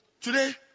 Today